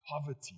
poverty